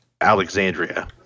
Alexandria